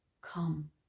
Come